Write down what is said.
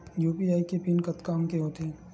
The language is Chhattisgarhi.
यू.पी.आई के पिन कतका अंक के होथे?